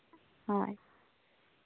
ᱦᱳᱭ